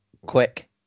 quick